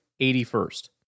81st